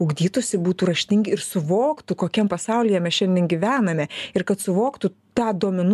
ugdytųsi būtų raštingi ir suvoktų kokiam pasaulyje mes šiandien gyvename ir kad suvoktų tą duomenų